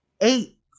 eight